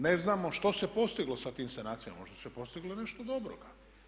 Ne znamo što se postiglo sa tim sanacijama, možda se postiglo nešto dobroga.